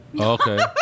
Okay